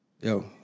yo